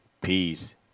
Peace